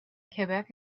quebec